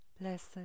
blessed